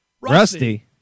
Rusty